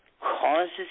causes